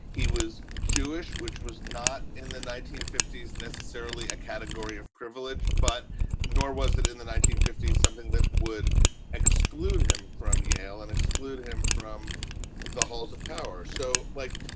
he was jewish, which was not in the nineteen fifty s, necessarily a category of privilege, but nor was it in the nineteen fifty s, something that would exclude him from yale and exclude him from the halls of power. so, like,